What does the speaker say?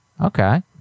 Okay